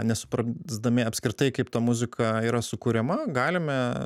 nesuprasdami apskritai kaip ta muzika yra sukuriama galime